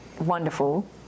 wonderful